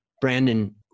Brandon